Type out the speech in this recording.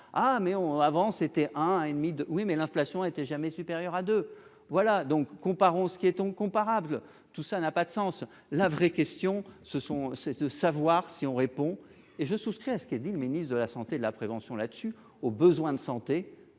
ah mais on avant, c'était un et demi de oui, mais l'inflation était jamais supérieures à deux voilà donc comparons ce qui est incomparable, tout ça n'a pas de sens, la vraie question, ce sont ces ce savoir si on répond et je souscris à ce que dit le ministre de la santé, la prévention là dessus : aux besoins de santé